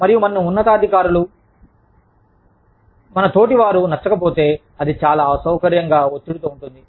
మరియు మనను మన ఉన్నతాధికారులు మనతోటివారు నచ్చకపోతే అది చాలా అసౌకర్యంగా ఒత్తిడితో ఉంటుంది